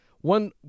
One